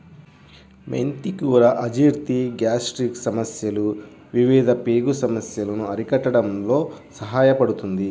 మెంతి కూర అజీర్తి, గ్యాస్ట్రిక్ సమస్యలు, వివిధ పేగు సమస్యలను అరికట్టడంలో సహాయపడుతుంది